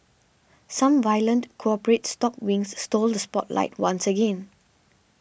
some violent corporate stock wings stole the spotlight once again